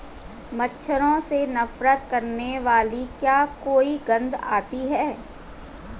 मच्छरों से नफरत करने वाली क्या कोई गंध आती है?